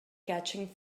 catching